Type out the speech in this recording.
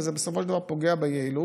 וזה בסופו של דבר פוגע ביעילות.